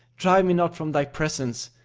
drive me not from thy presence!